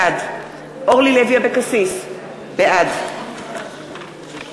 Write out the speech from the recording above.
בעד אורלי לוי אבקסיס, בעד